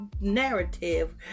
narrative